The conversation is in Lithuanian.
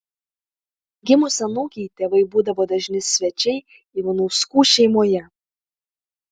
gimus anūkei tėvai būdavo dažni svečiai ivanauskų šeimoje